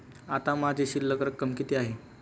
आता माझी शिल्लक रक्कम किती आहे?